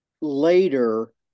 later